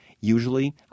Usually